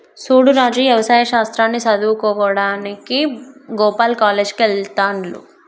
సూడు రాజు యవసాయ శాస్త్రాన్ని సదువువుకోడానికి గోపాల్ కాలేజ్ కి వెళ్త్లాడు